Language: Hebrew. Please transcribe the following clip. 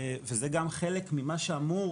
וזה גם חלק ממה שאמור